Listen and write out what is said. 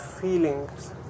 feelings